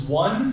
one